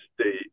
State